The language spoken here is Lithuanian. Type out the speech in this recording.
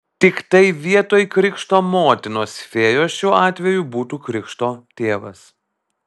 tiktai vietoj krikšto motinos fėjos šiuo atveju būtų krikšto tėvas